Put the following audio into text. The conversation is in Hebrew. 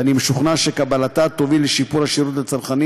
ואני משוכנע שקבלתה תוביל לשיפור השירות לצרכנים